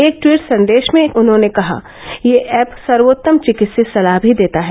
एक ट्वीट संदेश में उन्होंने कहा कि यह ऐप सर्वोत्तम चिकित्सीय सलाह भी देता है